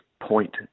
point